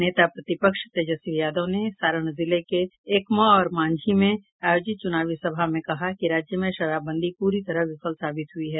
नेता प्रतिपक्ष तेजस्वी यादव ने सारण जिले के एकमा और मांझी में आयोजित चूनावी सभा में कहा कि राज्य में शराबबंदी पूरी तरह विफल साबित हुई है